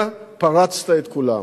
אתה פרצת את כולם.